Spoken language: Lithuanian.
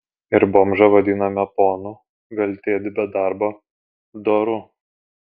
ir bomžą vadiname ponu veltėdį be darbo doru